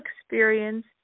experience